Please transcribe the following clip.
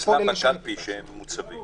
בקלפי שהם מוצבים